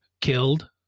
killed